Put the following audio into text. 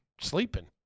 Sleeping